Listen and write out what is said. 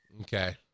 Okay